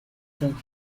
from